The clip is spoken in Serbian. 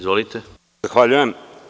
Zahvaljujem.